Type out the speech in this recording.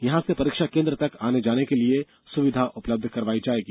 यहां से परीक्षा केंद्र तक आने जाने के लिए सुविधा उपलब्ध करवाई जाएगी